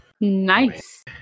Nice